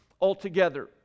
altogether